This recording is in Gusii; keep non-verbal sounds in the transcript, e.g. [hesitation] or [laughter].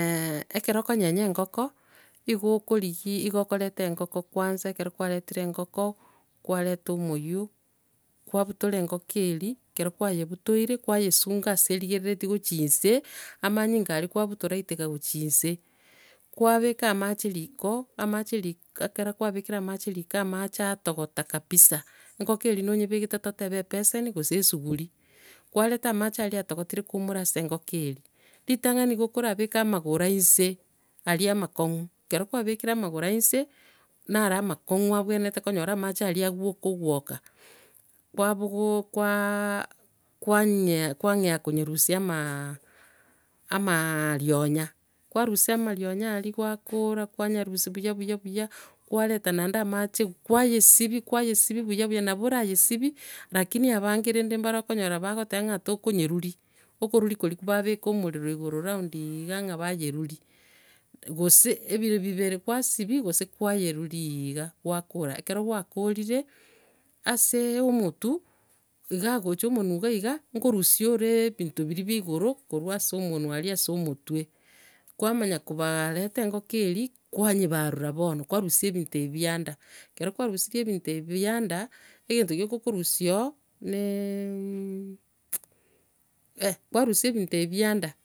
[hesitation] ekero okonyenya engoko, nigo okorigia nigo- okoreta engoko kwansa, ekero kwaretire egoko, kwarenta omoiywo, kwabutora engoko eria, ekero kwayebutoire, kwayesunga ase erigeretie gochia inse, amanyinga aria kwabutora aiteka gochia nse. Kwabeka amache riko, amache rik- ekero kwabekire amache riko, amache atogota kabisa, engoko eria nonyebegete totebe ebeseni gose esuguri. Kwareta amache aria atogotire kwaumora ase engoko eria. Ritang'ani nigo okorabeka amagoro a inse aria amakong'u. Ekero kwabekire amogoro a inse, naro amakongu abwenerete konyora amache aria agwoka ogkwoka. Kwabogo- kwaa- kwanyea- kwang'ea konyerusia amaa- amaa- rionya. Kwarusia amarionya aria, gwakora, kwanyerusia buya buya buya, kwareta naende amache kwayesibia kwayesibia buya buya, nabo are yesibie lakini abange rende okonyora bagoteba buna tokonyeruria, okoruria koria babeka omorero igoro round igaaa ing'a, bayeruria, gose ebire bibere, kwasibia gose kwayeruria iiga, gwakora. Ekero gwakorire, ase omotwe, iga gocha omonwe iga iga, ngorusiore ebinto biri bia igoro korwa ase omonwe aria ase omotwe. Kwamanya koba- reta engoko eria kwanyebarora bono, kwarusia ebinto ibio bia enda, ekero kwarusirie ebinto bia enda, engento gioka okorusia ororo ne [hesitation] msch, ehe kwarusia ebinto ibio bia enda.